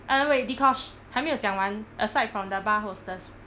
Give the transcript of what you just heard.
err wait dee-kosh 还没有讲完 aside for the bar hostess